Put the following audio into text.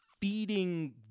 feeding